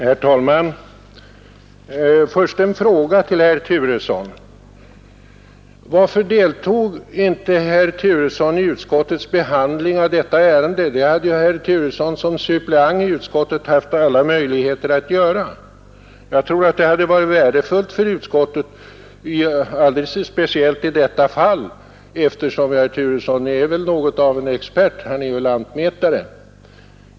Herr talman! Först en fråga till herr Turesson. Varför deltog inte herr Turesson i utskottets behandling av detta ärende? Det borde herr Turesson som suppleant i utskottet haft alla möjligheter att göra. Jag tror att det hade varit värdefullt för utskottet, alldeles speciellt i detta fall, eftersom herr Turesson är något av en expert, han är ju lantmätare.